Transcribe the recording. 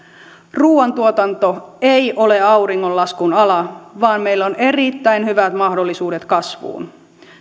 ruuantuotanto ei ole auringonlaskun ala vaan meillä on erittäin hyvät mahdollisuudet kasvuun